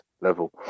level